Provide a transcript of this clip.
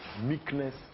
meekness